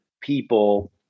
people